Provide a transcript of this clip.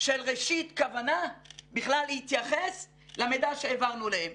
של ראשית כוונה בכלל להתייחס למידע שהעברנו אליהם.